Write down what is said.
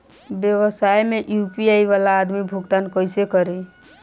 व्यवसाय में यू.पी.आई वाला आदमी भुगतान कइसे करीं?